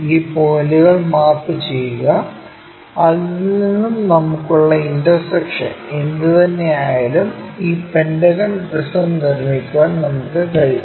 ഈ പോയിൻറുകൾ മാപ്പുചെയ്യുക അതിൽ നിന്നും നമുക്കുള്ള ഇൻറർസെക്ഷൻ എന്തുതന്നെയായാലും ഈ പെന്റഗൺ പ്രിസം നിർമ്മിക്കാൻ നമുക്ക് കഴിയും